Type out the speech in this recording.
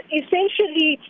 essentially